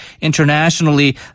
internationally